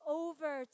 over